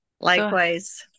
likewise